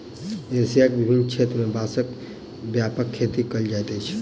Asia के विभिन्न देश में बांसक व्यापक खेती कयल जाइत अछि